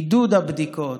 עידוד הבדיקות,